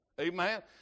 Amen